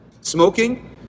Smoking